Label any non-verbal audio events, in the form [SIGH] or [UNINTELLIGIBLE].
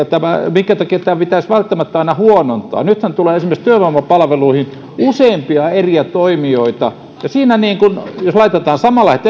minkä takia tämän pitäisi välttämättä aina huonontaa nythän tulee esimerkiksi työvoimapalveluihin useampia eri toimijoita ja jos laitetaan samanlaiset [UNINTELLIGIBLE]